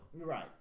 Right